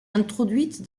introduite